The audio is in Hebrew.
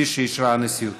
כפי שאישרה הנשיאות.